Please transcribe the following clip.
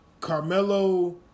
Carmelo